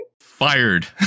Fired